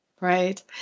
Right